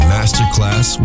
Masterclass